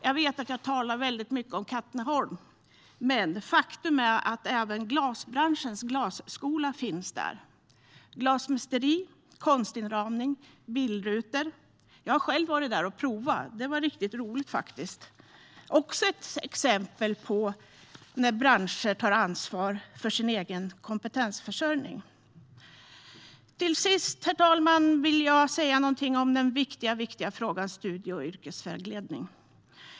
Jag vet att jag talar mycket om Katrineholm, men faktum är att även glasbranschens glasskola finns där. Det är glasmästeri, konstinramning och bilrutor. Jag har själv varit där och provat, och det var riktigt roligt. Det är också ett exempel på när branscher tar ansvar för sin egen kompetensförsörjning. Herr talman! Jag vill till sist säga något om den viktiga frågan om studie och yrkesvägledning.